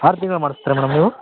ಆರು ತಿಂಗ್ಳು ಮಾಡ್ಸ್ತೀರಾ ಮೇಡಮ್ ನೀವು